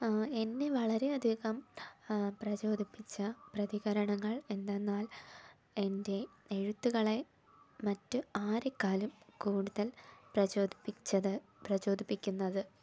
എന്നെ വളരെയധികം പ്രചോദിപ്പിച്ച പ്രതികരണങ്ങൾ എന്തെന്നാൽ എൻ്റെ എഴുത്തുകളെ മറ്റ് ആരെക്കാളും കൂടുതൽ പ്രചോദിപ്പിച്ചത് പ്രചോദിപ്പിക്കുന്നത്